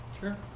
Sure